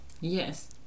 yes